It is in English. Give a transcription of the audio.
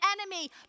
enemy